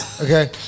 Okay